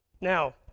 Now